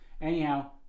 Anyhow